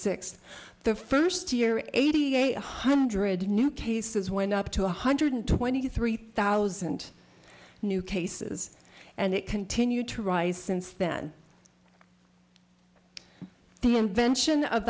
six the first year at eighty eight one hundred new cases went up to one hundred twenty three thousand new cases and it continued to rise since then the invention of